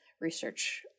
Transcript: research